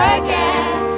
again